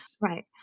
right